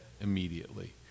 immediately